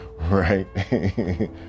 Right